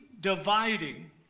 dividing